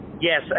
Yes